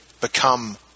become